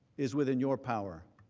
is within your power.